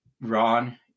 Ron